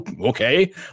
okay